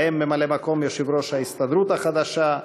בהם ממלא-מקום יושב-ראש ההסתדרות החדשה,